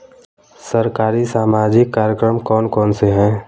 सरकारी सामाजिक कार्यक्रम कौन कौन से हैं?